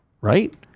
right